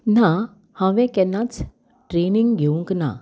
ना हांवें केन्नाच ट्रेनींग घेवंक ना